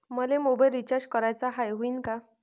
मले mobile recharge कराचा हाय, होईनं का?